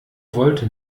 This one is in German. wollte